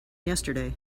yesterday